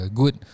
good